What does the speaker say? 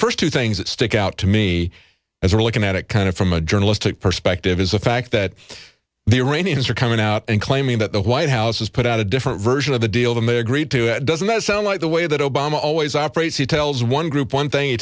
first two things that stick out to me as we're looking at it kind of from a journalistic perspective is the fact that the iranians are coming out and claiming that the white house has put out a different version of the deal them agreed to it doesn't that sound like the way that obama always operates he tells one group one thing he